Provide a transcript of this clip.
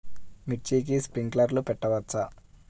మిర్చికి స్ప్రింక్లర్లు పెట్టవచ్చా?